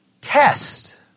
test